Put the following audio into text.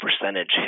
percentage